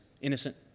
innocent